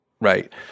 right